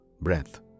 breath